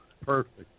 Perfect